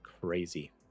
Crazy